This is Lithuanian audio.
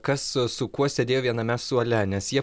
kas su kuo sėdėjo viename suole nes jie